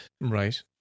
Right